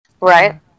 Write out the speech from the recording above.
Right